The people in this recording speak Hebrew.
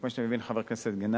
כמו שאתה מבין, חבר הכנסת גנאים,